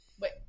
Wait